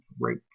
right